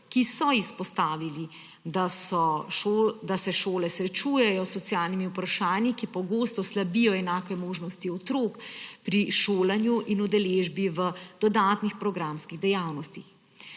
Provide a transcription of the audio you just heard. ki so izpostavili, da se šole srečujejo s socialnimi vprašanji, ki pogosto slabijo enake možnosti otrok pri šolanju in udeležbi v dodatnih programskih dejavnostih.